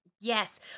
Yes